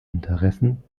interessen